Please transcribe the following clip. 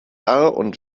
und